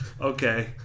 Okay